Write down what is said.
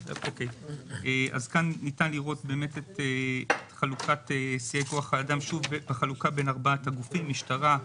כאן ניתן לראות את חלוקת שיאי כוח האדם בחלוקה בין ארבעת הגופים: משטרה,